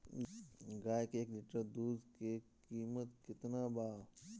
गाय के एक लिटर दूध के कीमत केतना बा?